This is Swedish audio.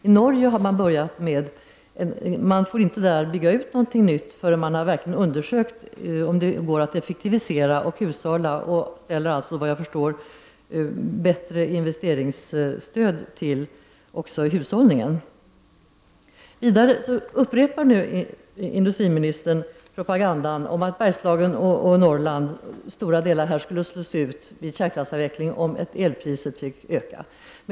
I Norge får man inte bygga något nytt förrän man undersökt om det går att effektivisera och hushålla till samma pris, och enligt vad jag förstår ger man där ett bättre stöd även till hushållningen. Industriministern upprepar nu propagandan om att Bergslagen och stora delar av Norrland skulle slås ut om elpriset fick öka vid kärnkraftsavveck lingen.